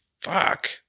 fuck